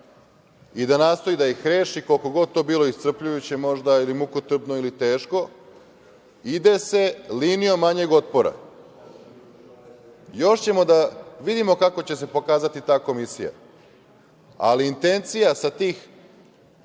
i da nastoji da ih reši, koliko god to bilo iscrpljujuće možda ili mukotrpno ili teško, ide se linijom manjeg otpora. Još ćemo da vidimo kako će se pokazati ta komisija, ali intencija sa tih